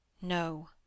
No